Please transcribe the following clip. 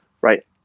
right